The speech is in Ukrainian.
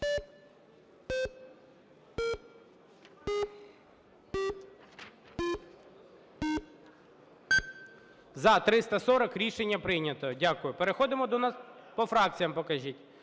За-340 Рішення прийнято. Дякую. Переходимо до … По фракціям покажіть.